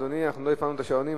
אדוני, אנחנו לא הפעלנו את השעונים.